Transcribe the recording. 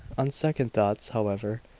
on second thoughts, however,